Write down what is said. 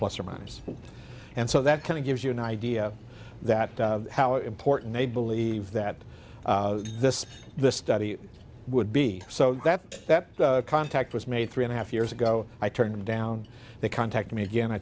plus or minus and so that kind of gives you an idea that how important they believe that this this study would be so that that contact was made three and a half years ago i turned down they contact me again i